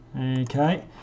Okay